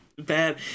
bad